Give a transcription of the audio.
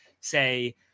say